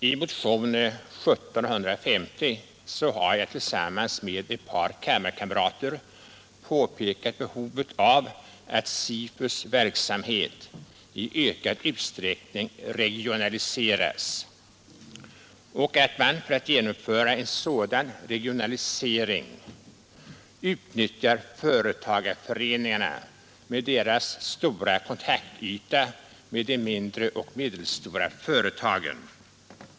I motion 1750 har jag tillsammans med ett par kammarkamrater påpekat behovet av att SIFU:s verksamhet i ökad utsträckning regionaliseras och att man för att genomföra en sådan regionalisering utnyttjar företagarföreningarna med deras stora kontaktyta med de mindre och medelstora företagen.